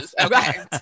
Okay